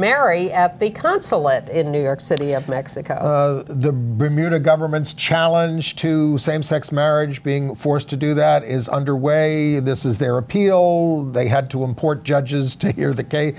marry at the consulate in new york city of mexico the bermuda government's challenge to same sex marriage being forced to do that is underway this is their appeal they had to import judges to the quay